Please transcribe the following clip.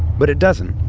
but it doesn't.